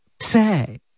say